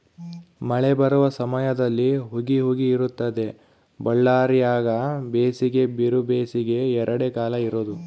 ಮಳೆ ಬರುವ ಸಮಯದಲ್ಲಿ ಹುಗಿ ಹುಗಿ ಇರುತ್ತದೆ ಬಳ್ಳಾರ್ಯಾಗ ಬೇಸಿಗೆ ಬಿರುಬೇಸಿಗೆ ಎರಡೇ ಕಾಲ ಇರೋದು